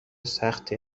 سختی